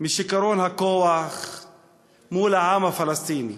משיכרון הכוח מול העם הפלסטיני.